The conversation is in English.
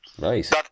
Nice